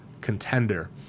contender